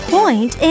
Point